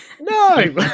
No